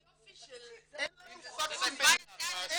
אין לנו פקסים בנייר, אין.